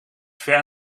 ver